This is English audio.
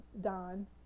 Don